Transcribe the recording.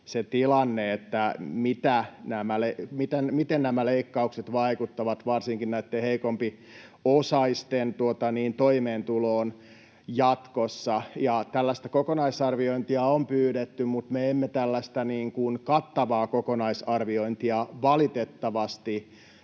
se tilanne, miten nämä leikkaukset vaikuttavat varsinkin näitten heikompiosaisten toimeentuloon jatkossa. Tällaista kokonaisarviointia on pyydetty, mutta me emme tällaista kattavaa kokonaisarviointia valitettavasti